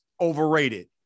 overrated